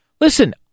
Listen